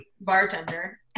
bartender